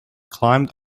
climbed